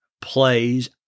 plays